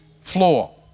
floor